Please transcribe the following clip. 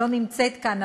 שלא נמצאת כאן,